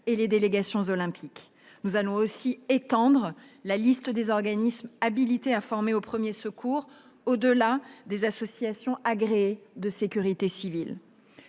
cette polyclinique. Nous comptons aussi étendre la liste des organismes habilités à former aux premiers secours, au-delà des associations agréées de sécurité civile.